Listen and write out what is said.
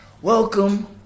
Welcome